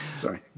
Sorry